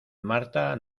marta